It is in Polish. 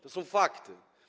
To są fakty.